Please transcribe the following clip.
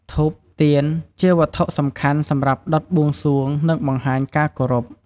ធូប ទៀន ជាវត្ថុសំខាន់សម្រាប់ដុតបួងសួង និងបង្ហាញការគោរព។